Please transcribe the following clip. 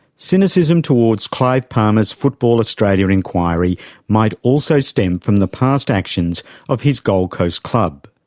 cynicism towards clive palmer's football australia inquiry might also stem from the past actions of his gold coast club.